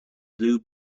blue